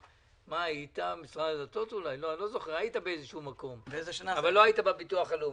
היית באיזשהו מקום, אבל לא היית בביטוח הלאומי.